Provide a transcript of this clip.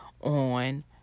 on